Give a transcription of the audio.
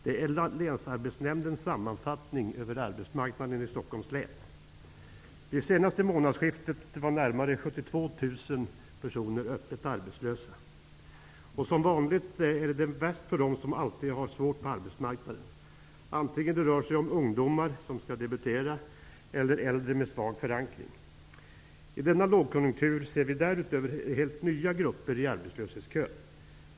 Det är Länsarbetsnämndens sammanfattning över arbetsmarknaden i Som vanligt är det värst för dem som alltid har det svårt på arbetsmarknaden. Det kan gälla ungdomar som skall debutera eller äldre med svag förankring. I denna lågkonjunktur ser vi därutöver helt nya grupper i arbetslöshetskön.